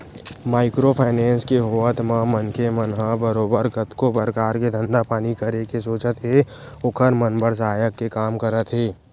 micro finance के होवत म मनखे मन ह बरोबर कतको परकार के धंधा पानी करे के सोचत हे ओखर मन बर सहायक के काम करत हे